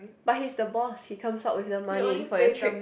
but he is the boss he comes up with the money for your trip